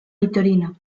victorino